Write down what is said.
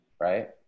right